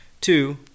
Two